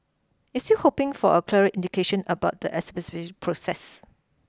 it's still hoping for a clearer indication about the exemption process